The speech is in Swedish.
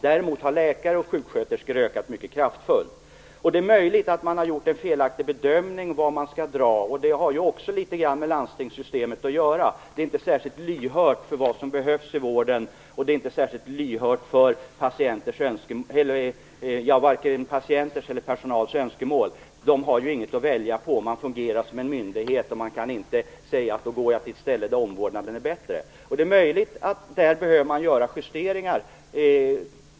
Däremot har antalet läkare och sjuksköterskor ökat mycket kraftigt. Det är möjligt att man har gjort en felaktig bedömning av var minskningarna skall göras, vilket också litet grand har med landstingssystemet att göra. Det är inte särskilt lyhört för vad som behövs i vården, och det är inte särskilt lyhört för vare sig patienters eller personals önskemål. Det finns ju inga alternativ att välja på. Landstinget fungerar som en myndighet, vilket gör att man inte kan säga att man i stället vänder sig till ett ställe där omvårdnaden är bättre. Det är möjligt att det här behöver göras justeringar.